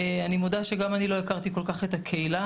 אני מודה שגם אני לא הכרתי כל כך את הקהילה,